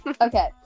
okay